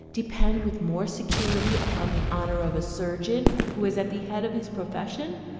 depend with more security upon the honour of a surgeon who is at the head of his profession,